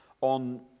on